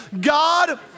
God